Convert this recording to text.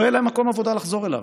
לא יהיה להם מקום עבודה לחזור אליו,